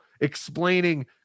explaining